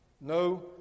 No